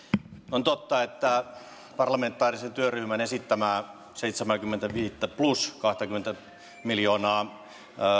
on totta että parlamentaarisen työryhmän esittämää seitsemääkymmentäviittä plus kahtakymmentä miljoonaa